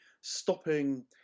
stopping